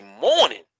morning